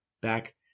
back